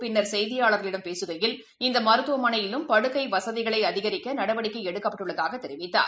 பின்னர் செய்தியாளர்களிடம் பேசுகையில் இந்தமருத்துவமனையிலும் படுக்கைவசதிகளைஅதிகரிக்கநடவடிக்கைஎடுக்கப்பட்டுள்ளதாககூறினார்